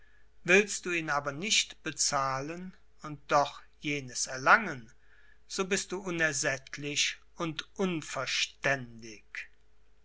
willst du ihn aber nicht bezahlen und doch jenes erlangen so bist du unersättlich und unverständig